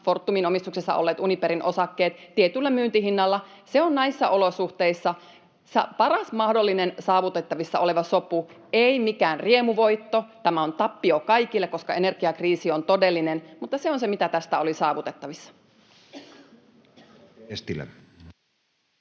Fortumin omistuksessa olleet Uniperin osakkeet tietyllä myyntihinnalla — on näissä olosuhteissa paras mahdollinen saavutettavissa oleva sopu, ei mikään riemuvoitto, tämä on tappio kaikille, koska energiakriisi on todellinen, mutta se on se, mitä tästä oli saavutettavissa. Edustaja